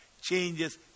Changes